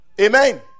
amen